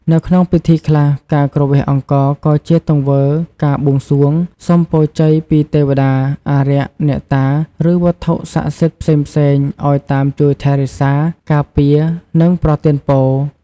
នៅក្នុងពិធីខ្លះ ការគ្រវាសអង្ករក៏ជាទង្វើនៃការបួងសួង សុំពរជ័យពីទេវតា អារក្ស អ្នកតា ឬវត្ថុស័ក្តិសិទ្ធិផ្សេងៗឲ្យតាមជួយថែរក្សា ការពារ និងប្រទានពរ។